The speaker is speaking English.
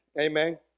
Amen